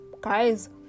guys